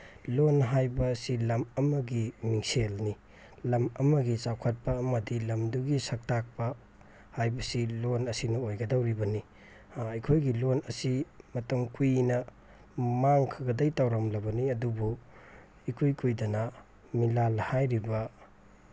ꯂꯣꯟ ꯍꯥꯏꯕ ꯑꯁꯤ ꯂꯝ ꯑꯃꯒꯤ ꯃꯤꯡꯁꯦꯜꯅꯤ ꯂꯝ ꯑꯃꯒꯤ ꯆꯥꯎꯈꯠꯄ ꯑꯃꯗꯤ ꯂꯝꯗꯨꯒꯤ ꯁꯛꯇꯥꯛꯄ ꯍꯥꯏꯕꯁꯤ ꯂꯣꯟ ꯑꯁꯤꯅ ꯑꯣꯏꯒꯗꯧꯔꯤꯕꯅꯤ ꯑꯩꯈꯣꯏꯒꯤ ꯂꯣꯟ ꯑꯁꯤ ꯃꯇꯝ ꯀꯨꯏꯅ ꯃꯥꯡꯈ꯭ꯔꯒꯗꯒꯤ ꯇꯧꯔꯝꯂꯕꯅꯤ ꯑꯗꯨꯕꯨ ꯏꯀꯨꯏ ꯀꯨꯏꯗꯅ ꯃꯤꯂꯥꯜ ꯍꯥꯏꯔꯤꯕ